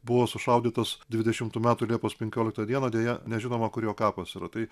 buvo sušaudytas dvidešimtų metų liepos penkioliktą dieną deja nežinoma kur jo kapas yra tai